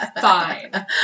fine